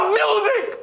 music